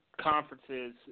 conferences